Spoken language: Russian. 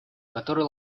которые